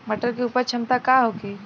मटर के उपज क्षमता का होखे?